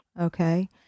Okay